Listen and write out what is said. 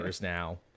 now